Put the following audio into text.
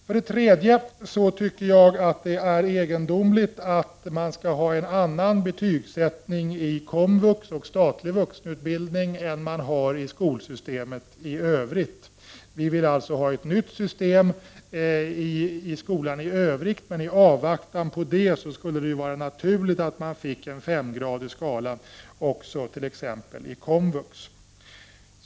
För det tredje tycker jag att det är egendomligt att det skall vara en betygssättning inom komvux och inom statlig vuxenutbildning och en annan inom skolsystemet i övrigt. Vi vill alltså ha ett nytt system i skolan i övrigt, men i avvaktan på det skulle det vara naturligt med en femgradig skala även inom t.ex. komvux.